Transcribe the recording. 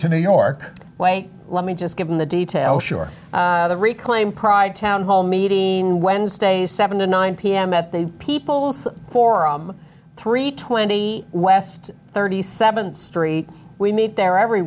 to new york wait let me just give them the details sure reclaim pride town hall meeting wednesday seven to nine pm at the people's forum three twenty west thirty seventh street we meet there every